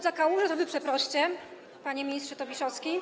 Za Kałużę to wy przeproście, panie ministrze Tobiszowski.